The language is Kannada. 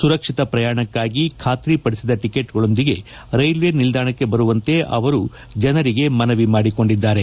ಸುರಕ್ಷಿತ ಪ್ರಯಾಣಕ್ಕಾಗಿ ಖಾತ್ರಿಪಡಿಸಿದ ಟಿಕೇಟ್ಗಳೊಂದಿಗೆ ರೈಲ್ವೆ ನಿಲ್ದಾಣಕ್ಕೆ ಬರುವಂತೆ ಜನರಿಗೆ ಮನವಿ ಮಾಡಿ ಕೊಂಡಿದ್ದಾರೆ